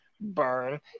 Burn